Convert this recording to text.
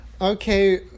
Okay